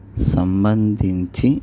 సంబంధించి